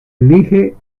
elige